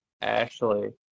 Ashley